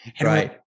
Right